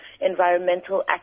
environmental